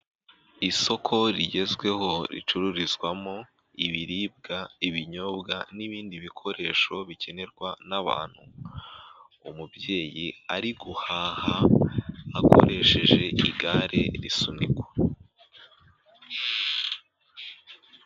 Isoko rigezweho ricururizwamo ibiribwa, ibinyobwa n'ibindi bikoresho bikenerwa n'abantu, umubyeyi ari guhaha akoresheje igare risunikwa.